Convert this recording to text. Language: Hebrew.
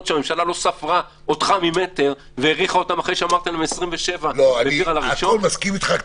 שהממשלה לא ספרה אותך ממטר והאריכה אחרי שאמרת: 27. מרוב